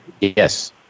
Yes